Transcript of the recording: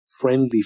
Friendly